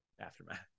aftermath